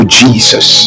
jesus